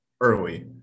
early